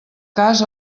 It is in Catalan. cas